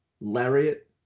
lariat